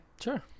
Sure